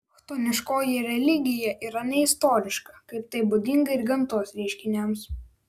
chtoniškoji religija yra neistoriška kaip tai būdinga ir gamtos reiškiniams